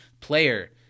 player